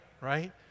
Right